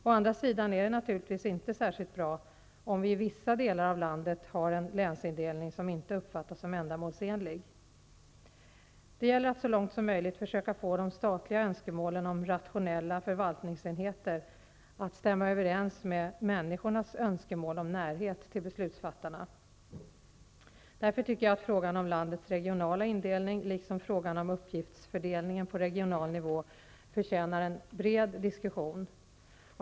Å andra sidan är det naturligtvis inte särskilt bra om vi i vissa delar av landet har en länsindelning som inte uppfattas som ändamålsenlig. Det gäller att så långt som möjligt försöka få de statliga önskemålen om rationella förvaltningsenheter att stämma överens med människornas önskemål om närhet till beslutsfattarna. Därför tycker jag att frågan om landets regionala indelning liksom frågan om uppgiftsfördelningen på regional nivå förtjänar en bred diskussion.